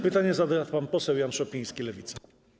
Pytanie zada pan poseł Jan Szopiński, Lewica.